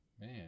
Man